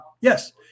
Yes